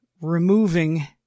Removing